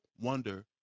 wonder